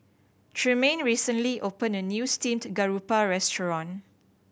Tremaine recently opened a new steamed garoupa restaurant